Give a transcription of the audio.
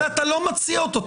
אבל אתה לא מציע אותו.